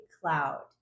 cloud